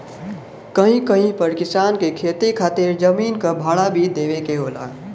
कहीं कहीं पर किसान के खेती खातिर जमीन क भाड़ा भी देवे के होला